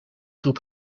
groep